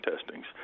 testings